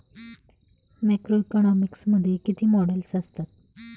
Macroeconomics मध्ये किती models असतात?